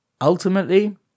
ultimately